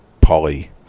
Polly